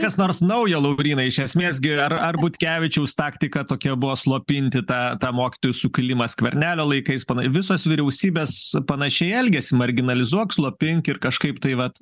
kas nors naujo lauryna iš esmės gi ar ar butkevičiaus taktika tokia buvo slopinti tą tą mokytojų sukilimą skvernelio laikais visos vyriausybės panašiai elgėsi marginalizuok slopink ir kažkaip tai vat